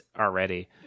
already